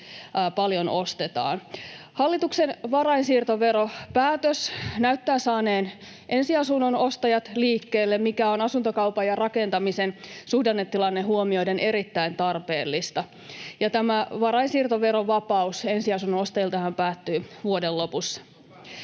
paljon ostetaan. Hallituksen varainsiirtoveropäätös näyttää saaneen ensiasunnon ostajat liikkeelle, mikä on asuntokaupan ja rakentamisen suhdannetilanne huomioiden erittäin tarpeellista. Tämä varainsiirtoverovapaus ensiasunnon ostajiltahan päättyy vuoden lopussa.